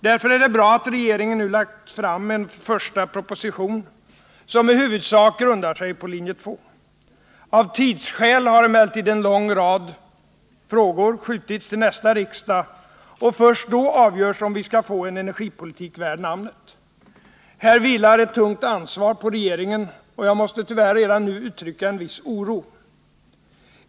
Därför är det bra att regeringen nu lagt fram en första proposition som i huvudsak grundar sig på linje 2. Av tidsskäl har emellertid en lång rad frågor skjutits till nästa riksdag, och först då avgörs om vi skall få en energipolitik värd namnet. Här vilar ett tungt ansvar på regeringen, och jag måste tyvärr redan nu uttrycka en viss oro.